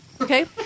Okay